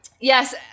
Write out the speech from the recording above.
Yes